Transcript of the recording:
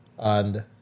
And-